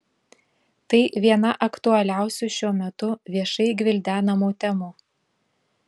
tai viena aktualiausių šiuo metu viešai gvildenamų temų